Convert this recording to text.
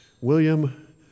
William